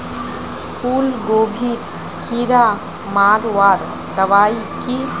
फूलगोभीत कीड़ा मारवार दबाई की?